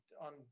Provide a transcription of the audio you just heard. on